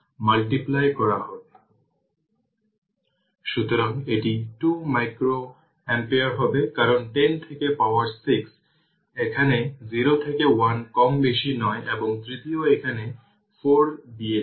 এবং v v0 e এর power tτ কিন্তু v0 দেওয়া হয় 10 ভোল্ট